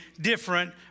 different